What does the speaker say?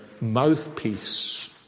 mouthpiece